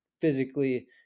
physically